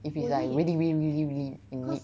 if it's like really really really really you need